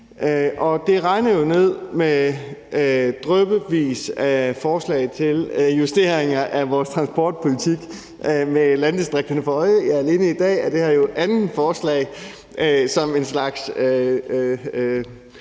Det regner jo ned med massevis af forslag til justeringer af vores transportpolitik med landdistrikterne for øje. Alene i dag er det her jo det andet forslag, der handler